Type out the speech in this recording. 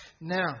Now